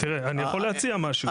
תראה, אני יכול להציע משהו.